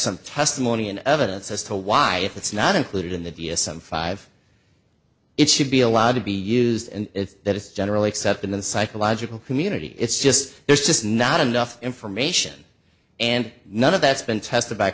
some testimony and evidence as to why it's not included in the d s m five it should be allowed to be used and that it's generally accepted in the psychological community it's just there's just not enough information and none of that's been tested b